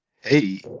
Hey